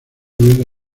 ruido